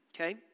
okay